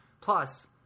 Plus